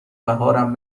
بهارم